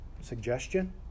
suggestion